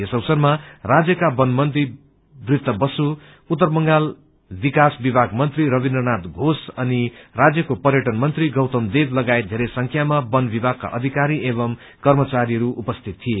यस अवसरमा राज्यका वन मन्त्री ब्रात्य बसु उत्तर बंग विकास विभाग मन्त्री रविन्द्र नाथ घोष अनि राज्यको पर्यटन मन्त्री गौतम देव लगायत धेरै संख्यामा वन विभागका अधिकारी एवं कर्मचारी उपस्थित थिए